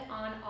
on